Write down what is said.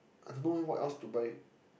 I don't know leh what else to buy